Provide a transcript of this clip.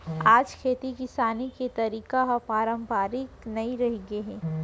आज खेती किसानी के तरीका ह पारंपरिक नइ रहिगे हे